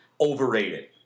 Overrated